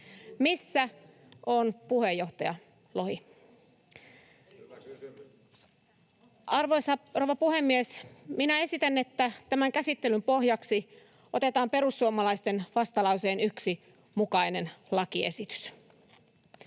Missä on puheenjohtaja Lohi? Arvoisa rouva puhemies! Minä esitän, että tämän käsittelyn pohjaksi otetaan perussuomalaisten vastalauseen 1 mukainen lakiesitys.